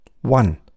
One